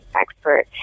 expert